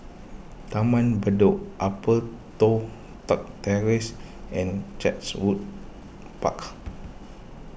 Taman Bedok Upper Toh Tuck Terrace and Chatsworth Park